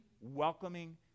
welcoming